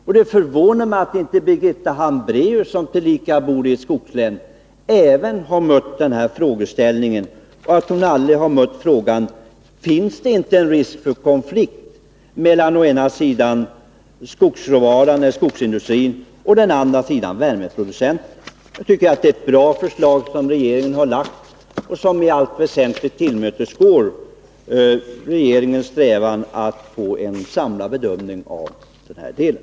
Det förvånar mig att inte också Birgitta Hambraeus, som tillika bor i ett skogslän, har mött den här frågeställningen. Finns det inte en risk för konflikter mellan å ena sidan skogsråvaran, skogsindustrin, och å andra sidan värmeproducenterna? Jag tycker att det är ett bra förslag som regeringen har lagt fram, ett förslag som i allt väsentligt tillmötesgår regeringens strävan att få en samlad bedömning av den här delen.